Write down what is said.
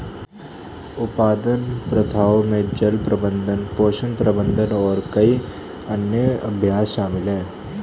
उत्पादन प्रथाओं में जल प्रबंधन, पोषण प्रबंधन और कई अन्य अभ्यास शामिल हैं